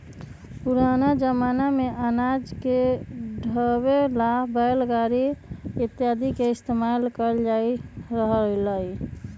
पुराना जमाना में अनाज के ढोवे ला बैलगाड़ी इत्यादि के इस्तेमाल कइल जा हलय